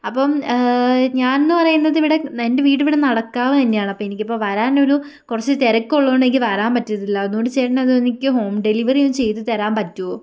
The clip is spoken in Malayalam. അപ്പം ഞാനെന്ന് പറയുന്നത് ഇവിടെ എൻ്റെ വീട് ഇവിടെ നടക്കാവ് തന്നെയാണ് അപ്പോൾ എനിക്കിപ്പം വരാൻ ഒരു കുറച്ച് തിരക്കുള്ളതുകൊണ്ട് എനിക്ക് വരാൻ പറ്റത്തില്ല അതുകൊണ്ട് ചേട്ടൻ അത് എനിക്ക് ഹോം ഡെലിവറി ഒന്ന് ചെയ്തു തരാൻ പറ്റുവോ